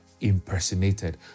impersonated